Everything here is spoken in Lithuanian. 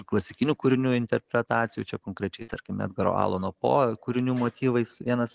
klasikinių kūrinių interpretacijų čia konkrečiai tarkim edgaro alano po kūrinių motyvais vienas